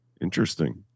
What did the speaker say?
Interesting